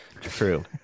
True